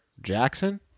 Jackson